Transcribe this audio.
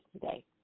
today